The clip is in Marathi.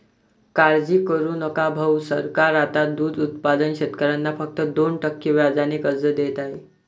काळजी करू नका भाऊ, सरकार आता दूध उत्पादक शेतकऱ्यांना फक्त दोन टक्के व्याजाने कर्ज देत आहे